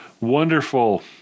Wonderful